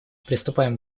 приступаем